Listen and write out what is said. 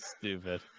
Stupid